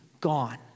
gone